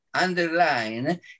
Underline